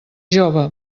jove